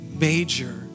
major